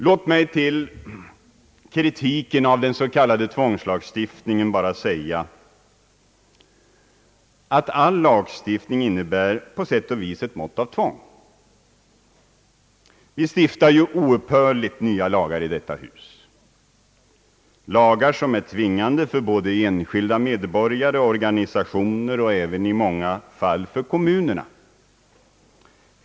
Låt mig vad gäller kritiken av den s.k. tvångslagstiftningen bara säga att all lagstiftning innebär ett mått av tvång. Vi stiftar oupphörligt nya lagar i detta hus, lagar som är tvingande för både enskilda medborgare, organisationer och i många fall även för kommunerna.